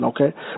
okay